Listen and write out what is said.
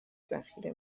ذخیره